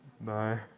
Bye